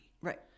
right